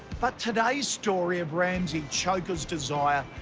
but today's story of ramsey chokers desire,